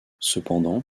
cependant